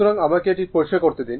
সুতরাং আমাকে এটি পরিষ্কার করতে দিন